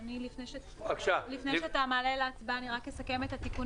לפני שאתה מעלה להצבעה אני רק אסכם את התיקונים,